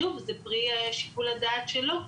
שוב זה פרי שיקול הדעת שלו,